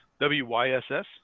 W-Y-S-S